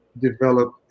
develop